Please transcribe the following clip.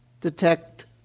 Detect